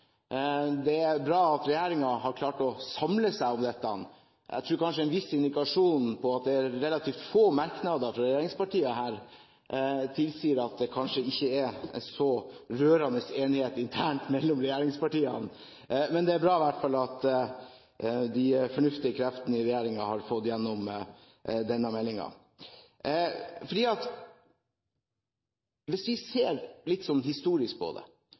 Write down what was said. Det er bra at regjeringen har klart å samle seg om dette. Jeg tror kanskje at det at det er relativt få merknader fra regjeringspartiene her, gir en viss indikasjon på at det ikke er så rørende enighet internt mellom regjeringspartiene. Men det er i hvert fall bra at de fornuftige kreftene i regjeringen har fått gjennom denne meldingen. Hvis vi ser litt historisk på det: